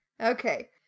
Okay